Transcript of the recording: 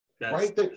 right